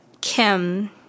Kim